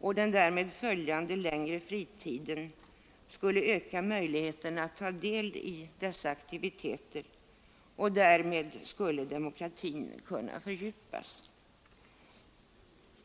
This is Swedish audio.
och den därmed följande längre fritiden skulle öka möjligheterna att ta del i dessa aktiviteter, och därmed skulle demokratin kunna fördjupas.